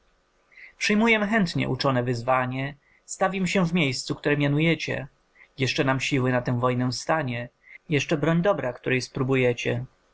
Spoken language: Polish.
przyjmujem chętnie uczone wyzwanie stawim się w miejscu które mianujecie jeszcze nam siły na tę wojnę stanie jeszcze broń dobra której sprobujecie